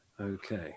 Okay